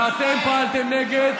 ואתם פעלתם נגד,